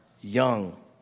young